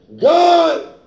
God